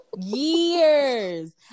years